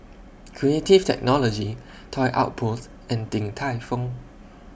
Creative Technology Toy Outpost and Din Tai Fung